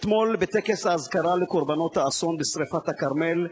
אתמול, בטקס האזכרה לקורבנות האסון בשרפת הכרמל,